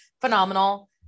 phenomenal